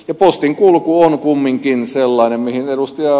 postin kulku on kumminkin sellainen mihin ed